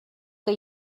que